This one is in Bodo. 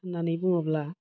होननानै बुङोब्ला